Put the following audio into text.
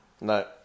no